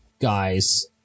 guys